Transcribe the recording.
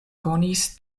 konis